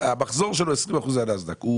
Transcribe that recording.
שהמחזור שלו הוא 20% מהנאסד"ק או